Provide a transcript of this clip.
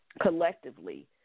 collectively